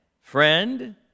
Friend